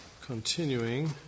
continuing